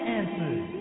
answers